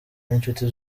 n’inshuti